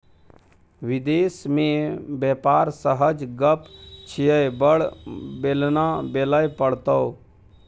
विदेश मे बेपार सहज गप छियै बड़ बेलना बेलय पड़तौ